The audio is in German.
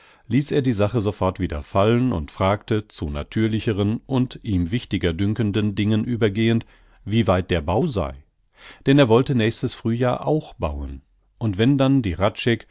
ließ er die sache sofort wieder fallen und fragte zu natürlicheren und ihm wichtiger dünkenden dingen übergehend wie weit der bau sei denn er wollte nächstes frühjahr auch bauen und wenn dann die